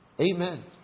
Amen